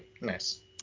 Nice